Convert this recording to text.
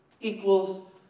equals